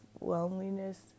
loneliness